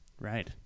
right